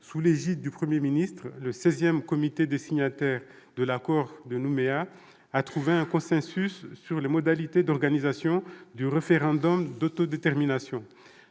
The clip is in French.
sous l'égide du Premier ministre, le XVI comité des signataires de l'accord de Nouméa a trouvé un consensus sur les modalités d'organisation du référendum d'autodétermination.